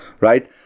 right